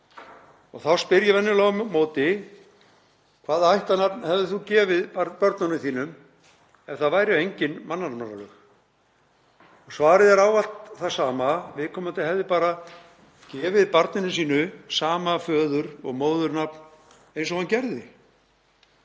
Þá spyr ég venjulega á móti: Hvaða ættarnöfn hefðir þú gefið börnunum þínum ef það væru engin mannanafnalög? Svarið er ávallt það sama. Viðkomandi hefði bara gefið barninu sínu sama föður- og móðurnafn og hann gerði.